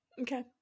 okay